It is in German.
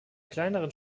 kleineren